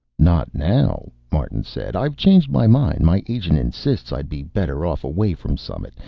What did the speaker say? not now, martin said. i've changed my mind. my agent insists i'd be better off away from summit.